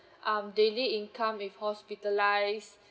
um daily income with hospitalised